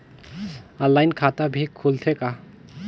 Online खाता भी खुलथे का?